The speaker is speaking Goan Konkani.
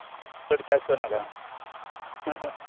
चड चार्ज करनाका